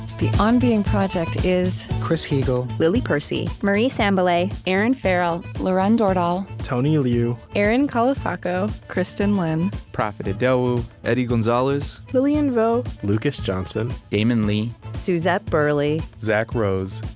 the on being project is chris heagle, lily percy, marie sambilay, erinn farrell, lauren dordal, tony liu, erin colasacco, kristin lin, profit idowu, eddie gonzalez, lilian vo, lucas johnson, damon lee, suzette burley, zack rose,